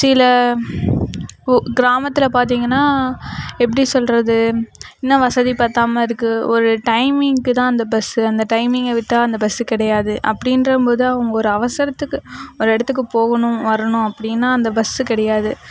சில கிராமத்தில் பார்த்திங்கன்னா எப்படி சொல்கிறது இன்னும் வசதி பத்தாமல் இருக்கு ஒரு டைமிங்க்கு தான் அந்த பஸ்ஸு அந்த டைமிங்க விட்டால் அந்த பஸ்ஸு கிடையாது அப்படின்றம்போது அவங்க ஒரு அவசரத்துக்கு ஒரு இடத்துக்கு போகணும் வரணும் அப்படின்னா அந்த பஸ்ஸு கிடையாது